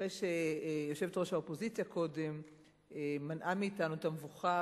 אחרי שיושבת-ראש האופוזיציה קודם מנעה מאתנו את המבוכה